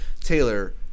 Taylor